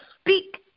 speak